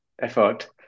effort